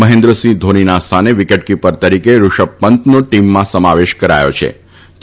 મહેન્દ્રસિંહ ધોનીના સ્થાને wicket keeper તરીકે ઋષભ પંતનો ટીમમાં સમાવેશ કરાયોછે